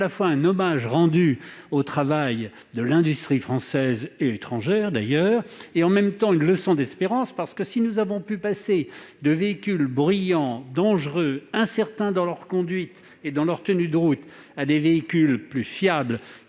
sont un hommage rendu au travail de l'industrie française et étrangère, mais aussi une leçon d'espérance : si nous avons pu passer de véhicules bruyants, dangereux et incertains dans leur conduite et leur tenue de route à des voitures plus fiables